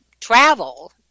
travel